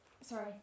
Sorry